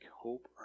hope